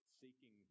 seeking